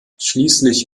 schließlich